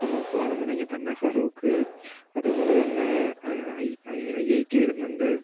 ഇപ്പം നോക്കുവാന്നുണ്ടെങ്കില് തന്നെ ഫറുക് അതുപോലെ തന്നെ ഐ ഐ ഐ റ്റി വരുന്നുണ്ട്